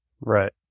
Right